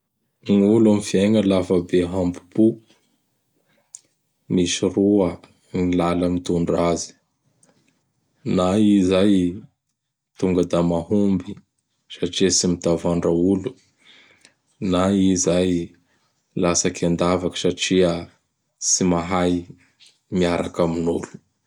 Gny olo am fiaigna lafa be hambom-po; Misy roa gny lalà mitondra azy: na i zay tonga da mahomby satria tsy mitavandra olo; na i zay latsaky an-davaky satria tsy mahay miaraky amin'olo.